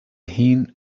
him